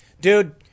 Dude